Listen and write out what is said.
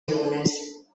digunez